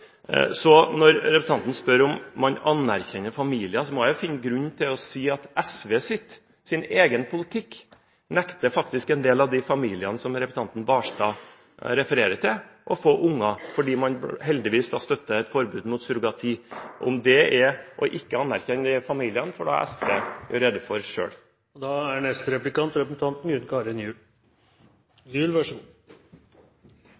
Så når representanten spør om man anerkjenner familier, finner jeg grunn til å si at SVs egen politikk nekter faktisk en del av de familiene som representanten Knutson Barstad refererer til, å få barn, fordi man heldigvis støtter et forbud mot surrogati. Om det er å ikke anerkjenne de familiene, får SV gjøre rede for selv. Det er